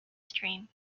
stream